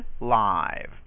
live